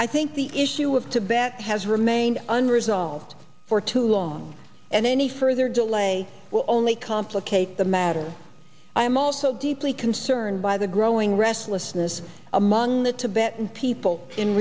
i think the issue of tibet has remained unresolved for too long and any further delay will only complicate the matter i am also deeply concerned by the growing restlessness among the tibetans people in